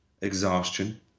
exhaustion